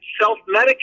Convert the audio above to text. self-medicate